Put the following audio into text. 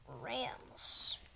Rams